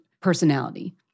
personality